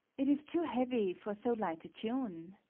it is too heavy for so light a tune.